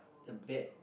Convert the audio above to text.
the bad